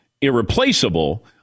irreplaceable